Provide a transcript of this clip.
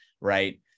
right